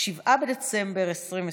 7 בדצמבר 2020,